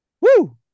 Woo